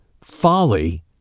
Folly